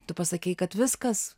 tu pasakei kad viskas